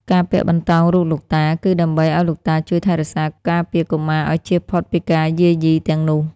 ការពាក់បន្តោងរូបលោកតា គឺដើម្បីឱ្យលោកតាជួយថែរក្សា ការពារកុមារឱ្យជៀសផុតពីការយាយីទាំងនោះ។